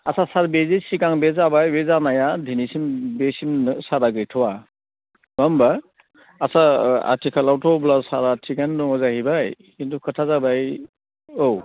आस्सा सार बेजे सिगां बे जाबाय बे जानाया दिनैसिम बेसिम सारआ गैथ'आ नङा होमब्ला आस्सा आथिखालावथ' अब्ला सारआ थिखआनो दङ जाहैबाय खिन्थु खोथाया जाबाय औ